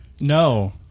No